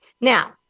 Now